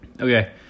Okay